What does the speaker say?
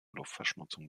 luftverschmutzung